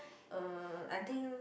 uh I think